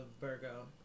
Virgo